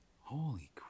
Holy